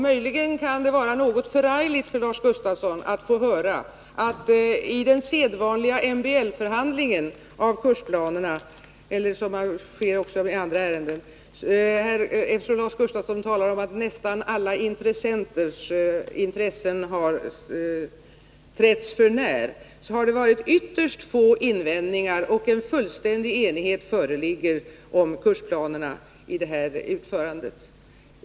Möjligen kan det vara något förargligt för Lars Gustafsson, eftersom han talar om att nästan alla intressenters intressen trätts för när, att få höra att i den sedvanliga MBL-förhandlingen om kursplanerna — en förhandling av det slag som sker också i andra ärenden — har det varit ytterst få invändningar. En fullständig enighet föreligger om kursplanerna i det här utförandet.